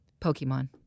Pokemon